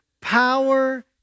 Power